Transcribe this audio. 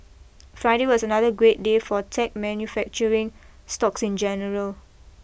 Friday was another great day for tech manufacturing stocks in general